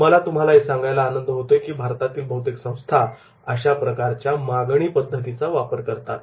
मला तुम्हाला हे सांगायला आनंद होतोय की भारतातील बहुतेक संस्था अशा प्रकारच्या मागणी पद्धतीचा वापर करतात